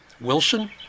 Wilson